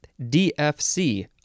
DFC